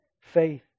faith